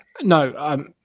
No